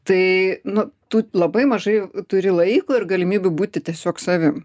tai nu tu labai mažai turi laiko ir galimybių būti tiesiog savim